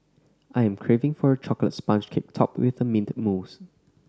I am craving for a chocolate sponge cake topped with mint mousse